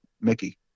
Mickey